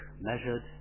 measured